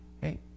Hey